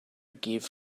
gift